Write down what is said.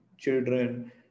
children